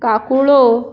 Kakulo